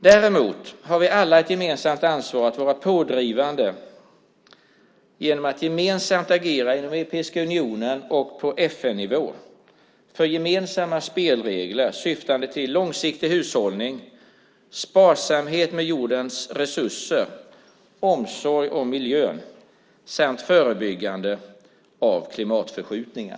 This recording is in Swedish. Däremot har vi alla ett gemensamt ansvar att vara pådrivande genom att gemensamt agera i Europeiska unionen och på FN-nivå för gemensamma spelregler syftande till långsiktig hushållning, sparsamhet med jordens resurser, omsorg om miljön samt förebyggande av klimatförskjutningar.